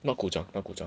not 古装 not 古装